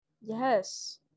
Yes